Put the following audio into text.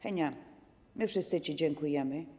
Henia, my wszyscy ci dziękujemy.